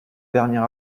dernier